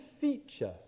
feature